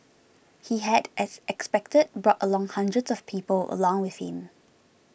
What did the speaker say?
he had as expected brought along hundreds of people along with him